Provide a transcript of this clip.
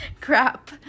Crap